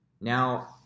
Now